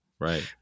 Right